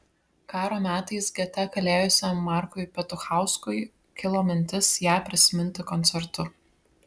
karo metais gete kalėjusiam markui petuchauskui kilo mintis ją prisiminti koncertu